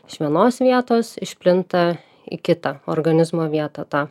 iš vienos vietos išplinta į kitą organizmo vietą ta